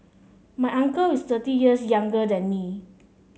my uncle is thirty years younger than me